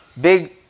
Big